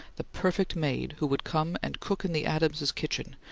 the perfect maid, who would come and cook in the adamses' kitchen,